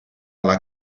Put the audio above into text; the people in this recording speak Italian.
alla